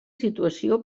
situació